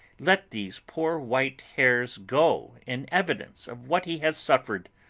let these poor white hairs go in evidence of what he has suffered,